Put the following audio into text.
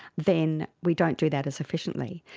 then we don't do that as efficiently.